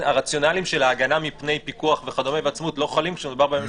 הרציונלים של ההגנה מפני פיקוח לא חלים כאשר מדובר בממשלה עצמה.